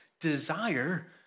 desire